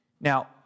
Now